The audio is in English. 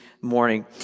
Morning